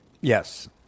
Yes